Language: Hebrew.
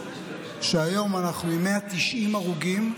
היום אנחנו עם 190 הרוגים,